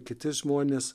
kiti žmonės